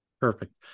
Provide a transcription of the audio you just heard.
Perfect